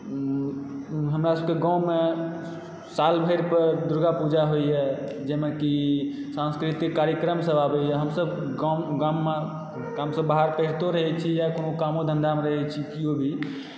हमरा सभकेँ गाँवमे साल भरिपर दुर्गा पूजा होइए जाहिमे कि सांस्कृतिक कार्यक्रमसभ आबैए हमसभ गाममे गामसँ हमसभ बाहर पढ़ितो रहै छी या कोनो कामो धन्धामे रहै छी केओ भी